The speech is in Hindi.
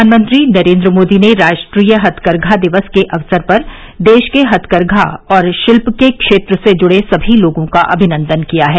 प्रधानमंत्री नरेन्द्र मोदी ने राष्ट्रीय हथकरघा दिवस के अवसर पर देश के हथकरघा और हस्तशिल्य के क्षेत्र से जुड़े सभी लोगों का अभिनंदन किया है